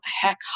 heck